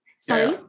Sorry